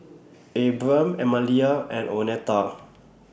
Abram Emilia and Oneta